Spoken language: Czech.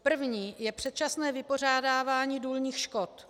První je předčasné vypořádávání důlních škod.